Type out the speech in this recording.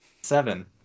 Seven